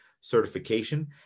certification